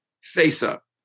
face-up